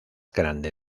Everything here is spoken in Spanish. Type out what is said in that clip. grande